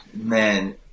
Man